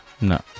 No